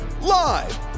live